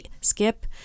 Skip